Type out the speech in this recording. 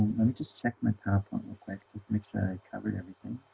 let me just check my powerpoint to make sure i covered everything